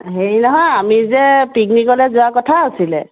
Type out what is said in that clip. হেৰি নহয় আমি যে পিকনিকলৈ যোৱাৰ কথা আছিলে